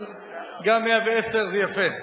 אבל גם 110 זה יפה.